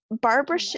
Barbara